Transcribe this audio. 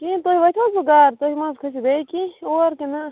کیٚنہہ تۄہہِ وٲتۍ وٕز وۄنۍ گاڈٕ تُہۍ مہ حظ کھٔسو بیٚیہِ کینٛہہ اور کِنہٕ نہ